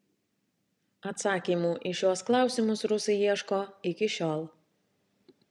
atsakymų į šiuos klausimus rusai ieško iki šiol